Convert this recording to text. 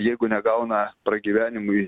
jeigu negauna pragyvenimui